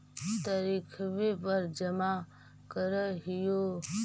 तरिखवे पर जमा करहिओ?